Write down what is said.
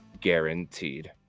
guaranteed